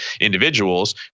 individuals